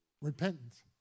Repentance